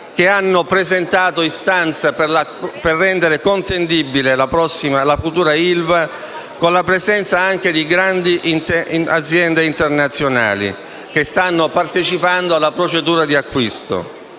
che hanno presentato istanza per rendere contendibile la futura ILVA. Ciò ha visto la presenza anche di grandi aziende internazionali, che stanno partecipando alla procedura di acquisto